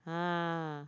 ah